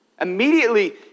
Immediately